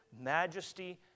majesty